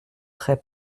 très